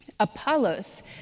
Apollos